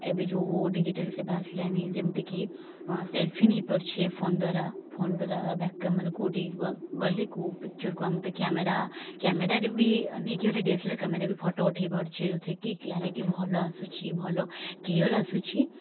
ଏବେ ଯେଉଁ ଡିଜିଟାଲ ସେବା ଆସିଲାଣି ଯେମିତିକି ସେଲଫି ନେଇପାରୁଛେ ଫୋନ୍ ଦ୍ୱାରା ଫୋନ୍ ଦ୍ୱାରା ବ୍ୟାକ୍ କ୍ୟାମେରା କେଉଁଠି ଗଲି କେଉଁ ପିକ୍ଚରକୁ ଆମେ ତ କ୍ୟାମେରା କ୍ୟାମେରାରେ ବି ନେଇକି ଗୋଟେ D S L R camera photo ଉଠେଇ ପାରୁଛେ ଯେଉଁଥିରେକି କ୍ଲାରିଟି ଭଲ ଆସୁଛି ଭଲ କ୍ଲିୟର ଆସୁଛି